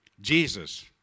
Jesus